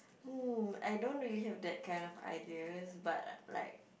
hmm I don't really have that kind of ideas but like